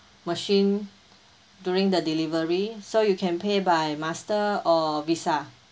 machine during the delivery so you can pay by master or visa